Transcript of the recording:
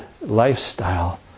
lifestyle